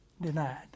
denied